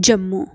Jammu